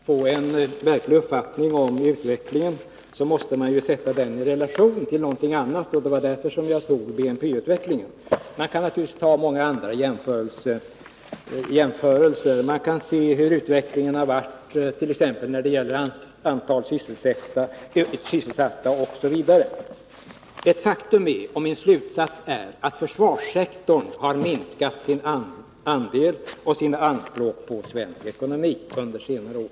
Fru talman! För att få en verklig uppfattning om en utveckling måste man ju se den i relation till någonting annat, och det var därför jag tog BNP-utvecklingen. Man kan naturligtvis göra många andra jämförelser. Man kan se på hur utvecklingen har varit när det gäller antalet sysselsatta OSV. Ett faktum är — och det blir min slutsats — att försvarssektorn har minskat sin andel av och sina anspråk på svensk ekonomi under senare år.